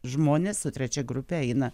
žmonės su trečia grupe eina